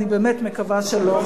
אני באמת מקווה שלא,